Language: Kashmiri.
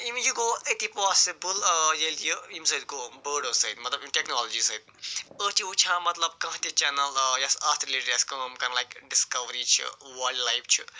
یِم یہِ گوٚو أتی پاسِبُل ییٚلہِ یہِ ییٚمہِ سۭتۍ گوٚو بٲرڈو سۭتۍ مطلب ییٚمہِ ٹٮ۪کنالوجی سۭتۍ أسۍ چھِ وُچھان مطلب کانٛہہ تہِ چنل آ یۅس اتھ رِلیٹِڈ آسہِ کٲم کَران لایک ڈِسکاوری چھِ وایلڈ لایف چھِ